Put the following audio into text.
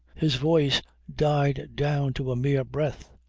his voice died down to a mere breath.